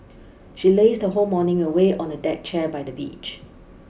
she lazed her whole morning away on a deck chair by the beach